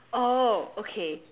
oh okay